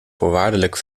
voorwaardelijk